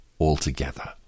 altogether